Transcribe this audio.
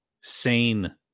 sane